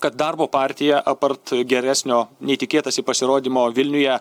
kad darbo partija apart geresnio nei tikėtasi pasirodymo vilniuje